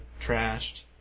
trashed